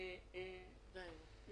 זה לא